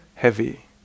heavy